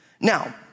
Now